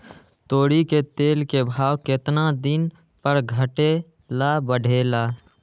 तोरी के तेल के भाव केतना दिन पर घटे ला बढ़े ला?